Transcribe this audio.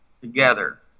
together